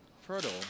fertile